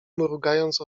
mrugając